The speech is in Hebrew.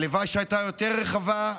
הלוואי שהייתה יותר רחבה,